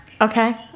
Okay